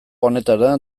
honetara